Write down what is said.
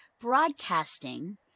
broadcasting